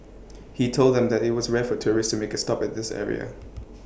he told them that IT was rare for tourists to make A stop at this area